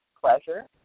pleasure